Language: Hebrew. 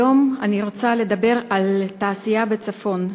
היום אני רוצה לדבר על התעשייה בצפון.